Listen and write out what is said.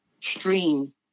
stream